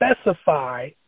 specify